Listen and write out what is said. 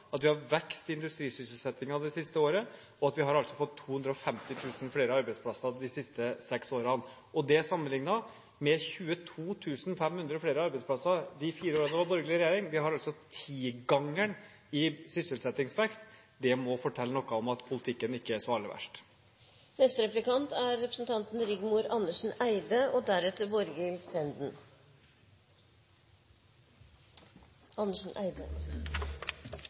at vi har hatt vekst i industrisysselsettingen det siste året, og at vi altså har fått 250 000 flere arbeidsplasser de siste seks årene, sammenlignet med 22 500 flere arbeidsplasser de fire årene det var borgerlig regjering. Vi har altså tigangen i sysselsettingsvekst. Det må fortelle noe om at politikken ikke er så aller verst. Det er mange bedrifter som i dag og